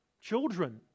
children